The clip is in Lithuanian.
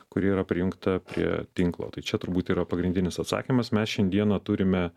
kuri yra prijungta prie tinklo tai čia turbūt yra pagrindinis atsakymas mes šiandieną turime